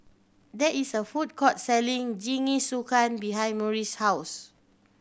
there is a food court selling Jingisukan behind Murry's house